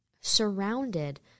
surrounded